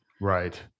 right